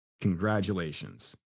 congratulations